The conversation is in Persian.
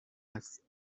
است